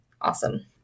awesome